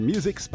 Music